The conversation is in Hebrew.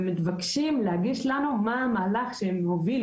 והם מתבקשים להגיש לנו מה המהלך שהם הובילו